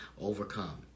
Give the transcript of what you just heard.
overcome